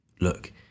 look